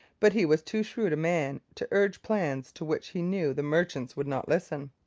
but he was too shrewd a man to urge plans to which he knew the merchants would not listen.